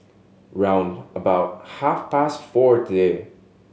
round about half past four today